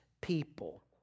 people